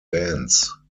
bands